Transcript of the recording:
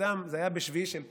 זה היה בשביעי של פסח,